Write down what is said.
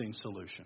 solution